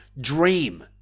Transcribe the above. dream